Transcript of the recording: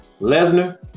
Lesnar